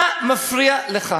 מה מפריע לך,